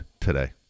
today